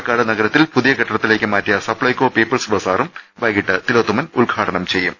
പാലക്കാട് നഗരത്തിൽ പുതിയ കെട്ടിടത്തിലേക്ക് മാറ്റിയ സപ്ലൈകോ പീപ്പിൾസ് ബസാറും വൈകിട്ട് തിലോത്തമൻ ഉദ്ഘാടനം ചെയ്യും